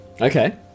Okay